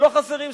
לא חסרים שערים.